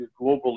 globally